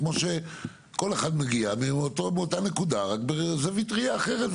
כמו שכל אחד מגיע מאותה נקודה רק מזווית ראייה אחרת,